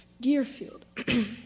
Deerfield